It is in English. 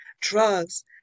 drugs